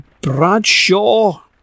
Bradshaw